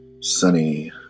sunny